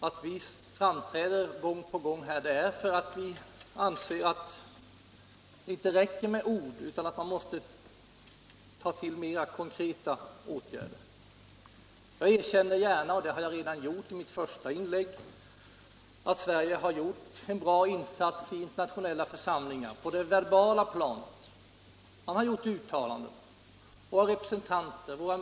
Att vi gång på gång framträder i denna fråga beror på att vi anser att det inte räcker med ord utan att man måste ta till mer konkreta åtgärder. Jag erkänner gärna — och det gjorde jag redan i mitt första inlägg — att Sverige gjort bra insatser i internationella församlingar på det verbala planet. Man har gjort uttalanden.